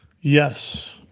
Yes